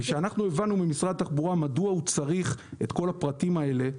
אנחנו הבנו ממשרד התחבורה מדוע הוא צריך את כל הפרטים האלה,